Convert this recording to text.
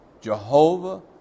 Jehovah